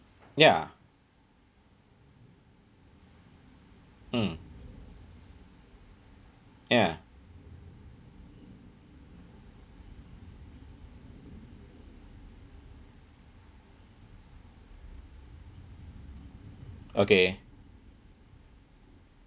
ya mm ya okay